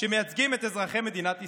שמייצגים את אזרחי מדינת ישראל,